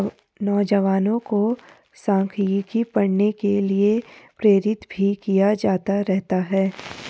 नौजवानों को सांख्यिकी पढ़ने के लिये प्रेरित भी किया जाता रहा है